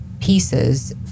pieces